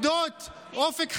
שמספטמבר, עובדות אופק חדש,